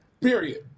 Period